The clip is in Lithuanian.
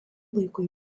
laikui